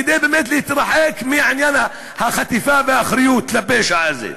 כדי באמת להתרחק מעניין החטיפה והאחריות לפשע הזה,